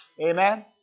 Amen